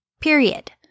Period